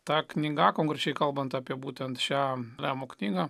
ta knyga konkrečiai kalbant apie būtent šią lemo knyga